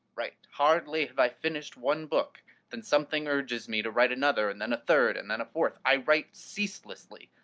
write! hardly have i finished one book than something urges me to write another, and then a third, and then a fourth i write ceaselessly.